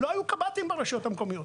לא היו קב״טים ברשויות המקומיות.